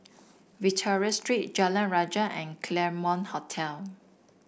Victoria Street Jalan Rajah and Claremont Hotel